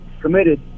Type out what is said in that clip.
committed